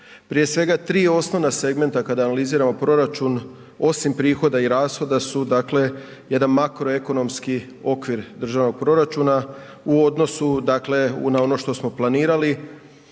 Prije svega osnovna tri segmenta kada analiziramo proračun osim prihoda i rashoda su jedan makroekonomski okvir državnog proračuna u odnosu na ono što smo planirali.